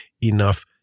enough